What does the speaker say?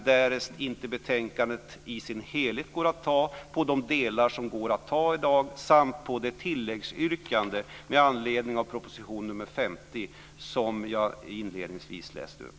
Därest inte betänkandet i sin helhet går att anta yrkar jag bifall till de delar som går att anta i dag, samt till det tilläggsyrkande med anledning av proposition nr 50 som jag inledningsvis läste upp.